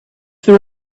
there